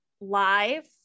live